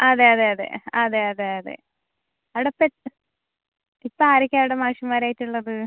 അതെ അതെ അതെ അതെ അതെ അതെ അവിടെ ഇപ്പം ഇപ്പം ആരൊക്കെയാണ് അവിടെ മാഷുമാരായിട്ട് ഉള്ളത്